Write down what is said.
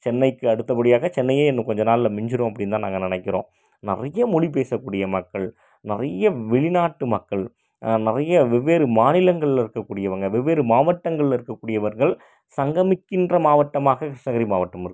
சென்னைக்கு அடுத்த படியாக சென்னையே இன்னும் கொஞ்சம் நாளில் மிஞ்சிடும் அப்படினுதான் நாங்கள் நினைக்கிறோம் நிறைய மொழி பேச கூடிய மக்கள் நிறைய வெளிநாட்டு மக்கள் நிறைய வெவ்வேறு மாநிலங்களில் இருக்க கூடியவங்க வெவ்வேறு மாவட்டங்களில் இருக்க கூடியவர்கள் சங்கமிக்கின்ற மாவட்டமாக கிருஷ்ணகிரி மாவட்டம் இருக்குது